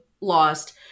Lost